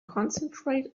concentrate